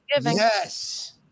Yes